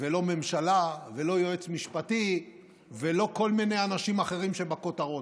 ולא ממשלה ולא יועץ משפטי ולא כל מיני אנשים אחרים שבכותרות,